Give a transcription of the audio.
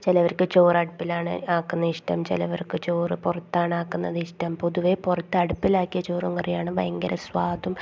ചിലവർക്ക് ചോറ് അടുപ്പിലാണ് ആക്കുന്ന ഇഷ്ട്ടം ചിലവർക്ക് ചോറ് പുറത്താണ് ആക്കുന്നത് ഇഷ്ട്ടം പൊതുവെ പുറത്ത് അടുപ്പിലാക്കിയ ചോറും കറിയാണ് ഭയങ്കര സ്വാദും